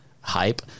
hype